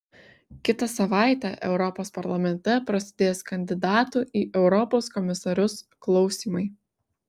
kitą savaitę europos parlamente prasidės kandidatų į europos komisarus klausymai